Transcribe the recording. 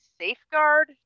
safeguard